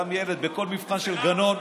גם יהיה בכל מבחן של גנון.